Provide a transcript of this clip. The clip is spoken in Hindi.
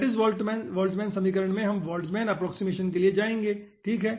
लैटिस बोल्ट्जमैन समीकरण में हम बोल्ट्जमैन अप्प्रोक्सिमशन के लिए जाएंगे ठीक हैं